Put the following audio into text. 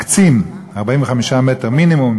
מקצים 45 מטר מינימום,